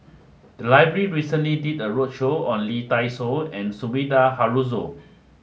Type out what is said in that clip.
the library recently did a roadshow on Lee Dai Soh and Sumida Haruzo